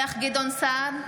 גדעון סער,